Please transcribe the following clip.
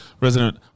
resident